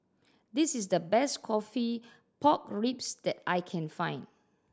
this is the best coffee pork ribs that I can find